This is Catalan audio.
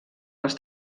les